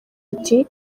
ati